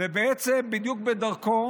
ובדיוק בדרכו